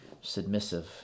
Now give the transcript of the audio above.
submissive